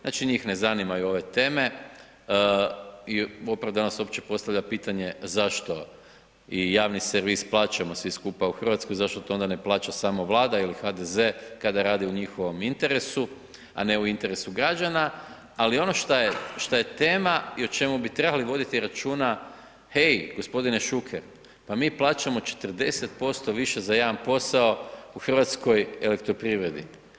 Znači njih ne zanimaju ove teme i opravdano se uopće postavlja pitanje zašto i javni servis plaćamo svi skupa u Hrvatskoj, zašto to onda samo ne plaća Vlada ili HDZ kada radi u njihovom interesu, a ne u interesu građana, ali ono što je tema i što bi trebali voditi računa, hej gospodine Šuker, pa mi plaćamo 40% više za jedan posao, u Hrvatskoj elektroprivredi.